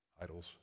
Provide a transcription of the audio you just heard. idols